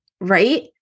Right